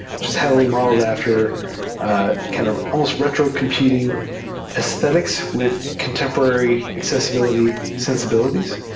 which is heavily modeled after kind of almost retro competing aesthetics with contemporary accessibility sensibilities.